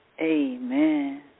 Amen